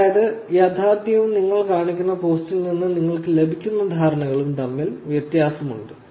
അതായത് യാഥാർത്ഥ്യവും നിങ്ങൾ കാണുന്ന പോസ്റ്റിൽ നിന്ന് നിങ്ങൾക്ക് ലഭിക്കുന്ന ധാരണകളും തമ്മിൽ വ്യത്യാസമുണ്ട്